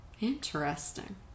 Interesting